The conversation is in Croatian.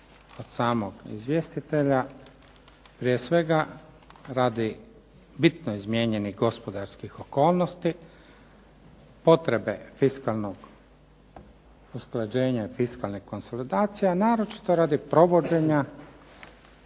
od samog izvjestitelja prije svega radi bitno izmijenjenih gospodarskih okolnosti, potrebe fiskalnog usklađenja i fiskalne konsolidacije, a naročito radi provođenja